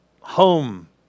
home